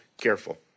careful